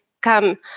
come